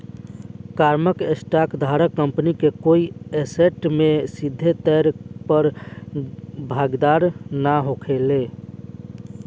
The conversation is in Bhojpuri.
कॉमन स्टॉक धारक कंपनी के कोई ऐसेट में सीधे तौर पर भागीदार ना होखेला